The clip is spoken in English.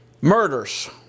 Murders